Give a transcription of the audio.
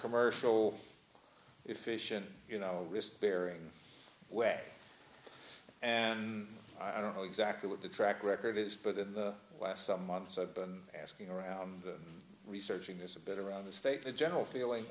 commercial efficient you know despairing way and i don't know exactly what the track record is but in the last some months i've been asking around researching this a bit around the state the general feeling